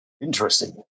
Interesting